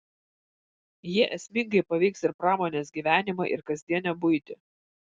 jie esmingai paveiks ir pramonės gyvenimą ir kasdienę buitį